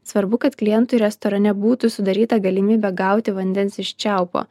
svarbu kad klientui restorane būtų sudaryta galimybė gauti vandens iš čiaupo